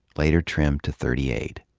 later trimmed to thirty eight.